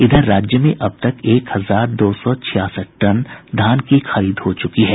इधर राज्य में अब तक एक हजार दो सौ छियासठ टन धान की खरीद हो चुकी है